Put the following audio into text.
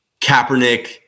Kaepernick